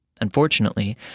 Unfortunately